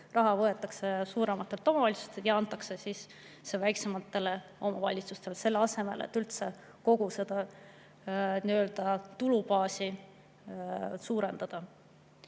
raha võetakse suurematelt omavalitsustelt ja antakse väiksematele omavalitsustele, selle asemel et üldse kogu tulubaasi suurendada.